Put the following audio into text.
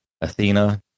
Athena